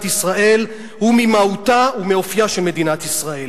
ישראל הוא ממהותה ומאופיה של מדינת ישראל".